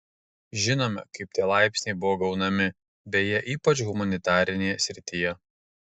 žinome kaip tie laipsniai buvo gaunami beje ypač humanitarinėje srityje